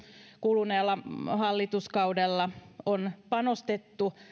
kuluneella hallituskaudella on panostettu